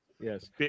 Yes